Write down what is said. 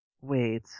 Wait